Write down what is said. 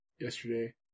Yesterday